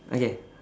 okay